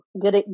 good